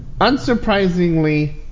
unsurprisingly